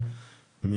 אדוני היו"ר,